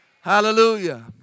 hallelujah